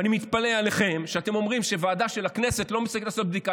ואני מתפלא עליכם שאתם אומרים שוועדה של הכנסת לא מסוגלת לעשות בדיקה.